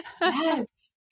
Yes